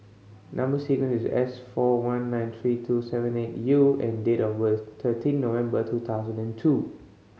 number sequence is S four one nine three two seven eight U and date of birth thirteen November two thousand and two